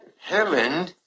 Helen